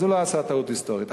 אז הוא לא עשה טעות היסטורית.